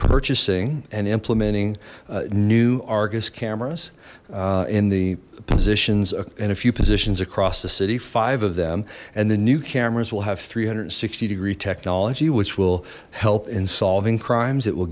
purchasing and implementing new argus cameras in the positions in a few positions across the city five of them and the new cameras will have three hundred and sixty degree technology which will help in solving crimes it will